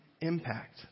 impact